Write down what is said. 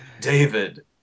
David